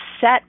set